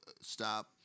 Stop